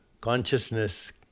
consciousness